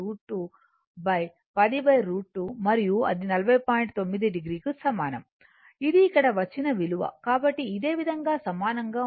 phasor రేఖాచిత్రం కొరకు rms విలువను తీసుకోవాలి గరిష్ట విలువ కాదు అది రెండు విధాలుగా పరిష్కరించబడింది